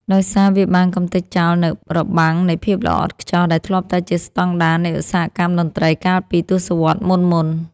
ដោយសារវាបានកម្ទេចចោលនូវរបាំងនៃភាពល្អឥតខ្ចោះដែលធ្លាប់តែជាស្ដង់ដារនៃឧស្សាហកម្មតន្ត្រីកាលពីទសវត្សរ៍មុនៗ។